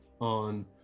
on